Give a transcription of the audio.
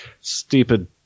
Stupid